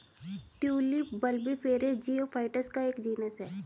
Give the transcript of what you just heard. tulip bulbiferous geophytes का एक genus है